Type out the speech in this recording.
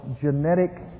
genetic